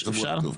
אפשר?